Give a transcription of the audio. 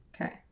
Okay